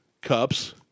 cups